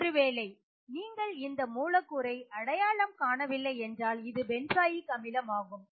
ஒருவேளை நீங்கள் இந்த மூலக்கூறை அடையாளம் காணவில்லை என்றால் இது பென்சாயிக் அமிலம் ஆகும்